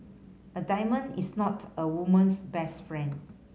a diamond is not a woman's best friend